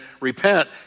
repent